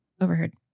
overheard